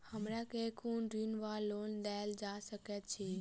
हमरा केँ कुन ऋण वा लोन देल जा सकैत अछि?